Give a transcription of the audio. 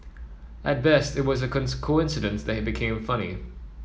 at best it was a coincidence that became funny